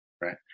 right